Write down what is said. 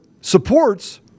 supports